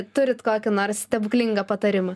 turit kokį nors stebuklingą patarimą